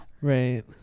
Right